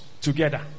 together